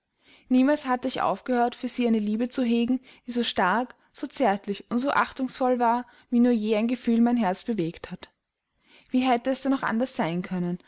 niemals hatte ich aufgehört für sie eine liebe zu hegen die so stark so zärtlich und so achtungsvoll war wie nur je ein gefühl mein herz bewegt hat wie hätte es denn auch anders sein können